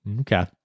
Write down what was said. Okay